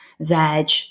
Veg